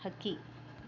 ಹಕ್ಕಿ